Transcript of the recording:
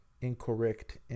incorrect